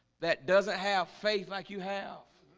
that doesn't have faith like you have